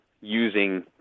using